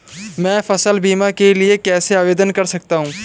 मैं फसल बीमा के लिए कैसे आवेदन कर सकता हूँ?